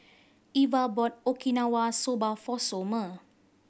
Iva bought Okinawa Soba for Somer